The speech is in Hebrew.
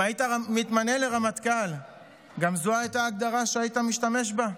גם אם היית מתמנה לרמטכ"ל זו הייתה ההגדרה שהיית משתמש בה?